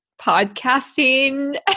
podcasting